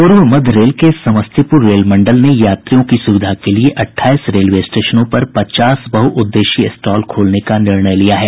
पूर्व मध्य रेल के समस्तीपूर रेल मंडल ने यात्रियों की सुविधा के लिए अट्ठाईस रेलवे स्टेशनों पर पचास बहुउद्देशीय स्टॉल खोलने का निर्णय लिया है